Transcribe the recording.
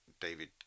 David